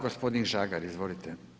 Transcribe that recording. Gospodin Žagar, izvolite.